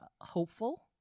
hopeful